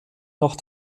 noch